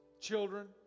children